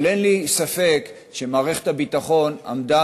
אבל אין לי ספק שמערכת הביטחון עמדה